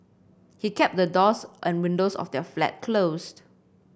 he kept the doors and windows of their flat closed